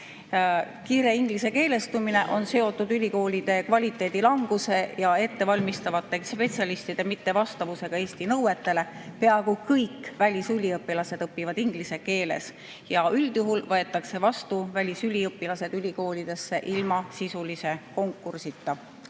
Kiire ingliskeelestumine on seotud ülikoolide kvaliteedi languse ja ettevalmistatavate spetsialistide mittevastavusega Eesti nõuetele. Peaaegu kõik välisüliõpilased õpivad inglise keeles ja üldjuhul võetakse välisüliõpilased ülikoolidesse vastu ilma sisulise konkursita.